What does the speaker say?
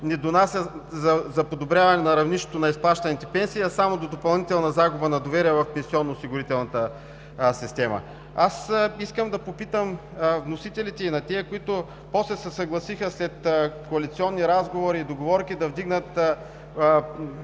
не допринася за подобряване на равнището на изплащаните пенсии, а само до допълнителна загуба на доверие в пенсионноосигурителната система. Аз искам да попитам вносителите и тези, които после се съгласиха, след коалиционни разговори и договорки, да вдигнат